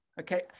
Okay